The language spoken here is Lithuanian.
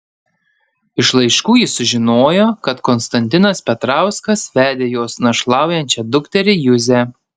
iš laiškų ji sužinojo kad konstantinas petrauskas vedė jos našlaujančią dukterį juzę